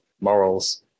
morals